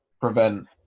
prevent